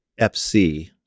FC